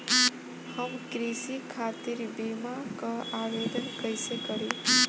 हम कृषि खातिर बीमा क आवेदन कइसे करि?